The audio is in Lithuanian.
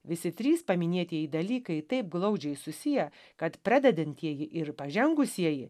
visi trys paminėtieji dalykai taip glaudžiai susiję kad pradedantieji ir pažengusieji